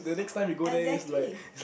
exactly